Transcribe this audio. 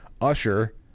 usher